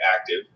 active